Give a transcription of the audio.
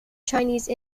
chinese